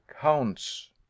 counts